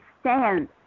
stand